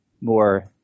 more